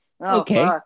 Okay